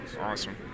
Awesome